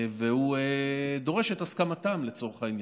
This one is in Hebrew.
והוא דורש את הסכמתם, לצורך העניין.